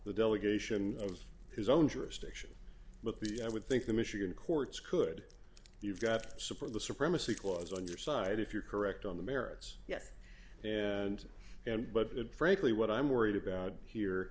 the delegation of his own jurisdiction but the i would think the michigan courts could you've got to support the supremacy clause on your side if you're correct on the merits yes and and but frankly what i'm worried about here